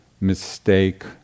mistake